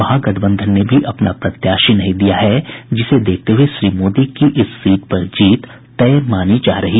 महागठबंधन ने भी अपना प्रत्याशी नहीं दिया है जिसे देखते हुये श्री मोदी की इस सीट पर जीत तय मानी जा रही है